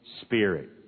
spirit